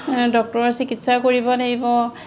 ডক্তৰৰ চিকিৎসা কৰিব লাগিব